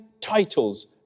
titles